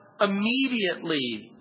immediately